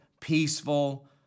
peaceful